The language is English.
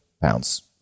pounds